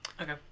okay